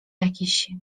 jakiś